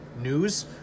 news